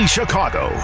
Chicago